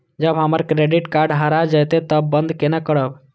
जब हमर credit card हरा जयते तब बंद केना करब?